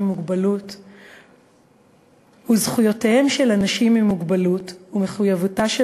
מוגבלות הוא: "זכויותיהם של אנשים עם מוגבלות ומחויבותה של